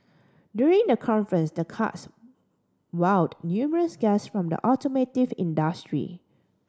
during the conference the karts wowed numerous guests from the automotive industry